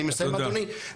אני מסיים אדוני,